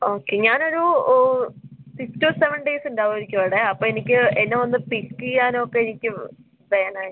okay ഞാൻ ഒരു six to seven days ഉണ്ടാകും ആയിരിക്കും അവിടെ അപ്പോൾ എനിക്ക് എന്നെ ഒന്ന് പിക്ക് ചെയ്യാനോ അപ്പോൾ എനിക്ക് വേണമായിരുന്നു